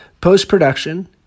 Post-production